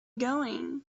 going